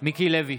מיקי לוי,